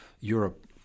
Europe